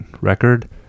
record